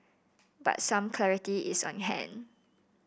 but some clarity is on hand